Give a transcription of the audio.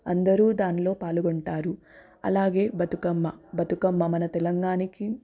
అందరూ దానిలో పాల్గొంటారు అలాగే బతుకమ్మ బతుకమ్మ మన తెలంగాణకి